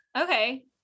Okay